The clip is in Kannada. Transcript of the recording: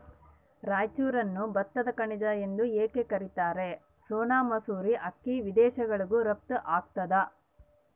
ರಾಯಚೂರನ್ನು ಭತ್ತದ ಕಣಜ ಎಂದು ಯಾಕ ಕರಿತಾರ? ಸೋನಾ ಮಸೂರಿ ಅಕ್ಕಿ ವಿದೇಶಗಳಿಗೂ ರಫ್ತು ಆಗ್ತದ